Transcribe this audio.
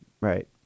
Right